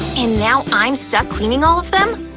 and now i'm stuck cleaning all of them.